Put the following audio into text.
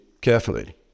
carefully